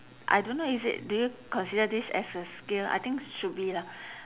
I don't know is it do you consider this as a skill I think should be lah